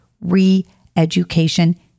re-education